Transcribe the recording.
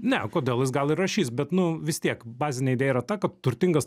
ne kodėl jis gal ir rašys bet nu vis tiek bazinė idėja yra ta kad turtingas